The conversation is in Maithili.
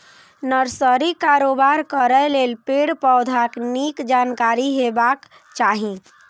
नर्सरीक कारोबार करै लेल पेड़, पौधाक नीक जानकारी हेबाक चाही